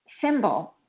symbol